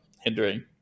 hindering